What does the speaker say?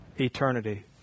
Eternity